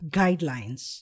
guidelines